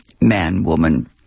man-woman